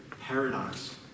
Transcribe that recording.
paradox